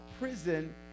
prison